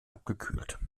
abgekühlt